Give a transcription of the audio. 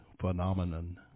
phenomenon